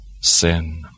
sin